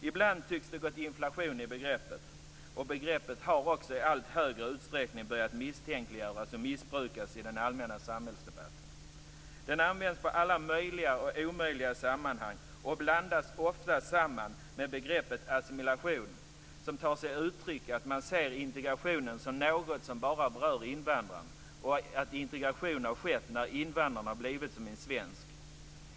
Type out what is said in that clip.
Ibland tycks det ha gått inflation i begreppet, och begreppet har också i allt högre utsträckning börjat misstänkliggöras och missbrukas i den allmänna samhällsdebatten. Det används i alla möjliga och omöjliga sammanhang och blandas ofta sammman med begreppet assimilation. Det tar sig uttryck i att man ser integrationen som något som bara berör invandraren och att integration har skett när invandraren har blivit som en svensk.